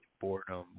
boredom